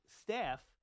staff